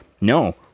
No